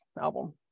album